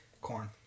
corn